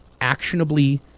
Actionably